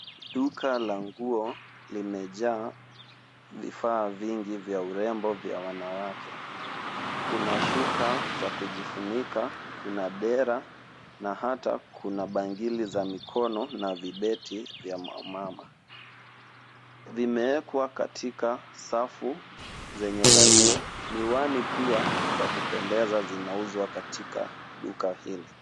Duka la nguo limejaa vifaa vingi vya urembo vya wanawake. Kuna shuka za kujifunika, kuna dera na hata kuna bangili za mikono na vibeti vya mama. Vimeekwa katika safu zenye laini, miwani pia za kupendeza zinauzwa katika duka hili.